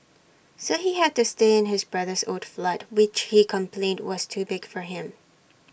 so he had to stay in his brother's old flat which he complained was too big for him